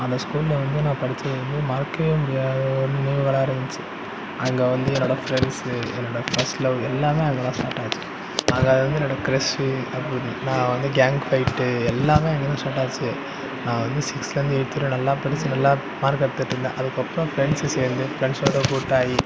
அந்த ஸ்கூலில் வந்து நான் படித்தது வந்து மறக்கவே முடியாத ஒரு நினைவுகளாகருந்துச்சு அங்கே வந்து என்னோடய ஃப்ரெண்ட்ஸு என்னோடய ஃபஸ்ட்டு லவ் எல்லாமே அங்கேதான் ஸ்டார்ட் ஆச்சு அங்கே வந்து என்னோடய க்ரஷ்ஷு நான் வந்து கேங் ஃபயிட்டு எல்லாமே அங்கேதான் ஸ்டாட் ஆச்சு நான் வந்து சிக்ஸ்த்துலருந்து எயித்து வரையும் நல்லா படிச்சு நல்லா மார்க் எடுத்துட்டிருந்தேன் அதுக்கப்புறோம் ஃப்ரெண்ட்ஸு சேர்ந்து ஃப்ரெண்ட்ஸோட கூட்டாகி